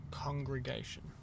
congregation